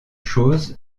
chose